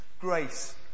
grace